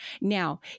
Now